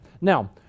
Now